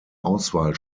auswahl